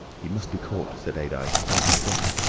he must be caught, said adye. that is certain.